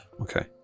Okay